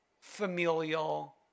familial